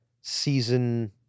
season